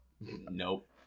Nope